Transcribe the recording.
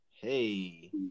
Hey